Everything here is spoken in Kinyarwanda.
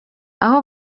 aho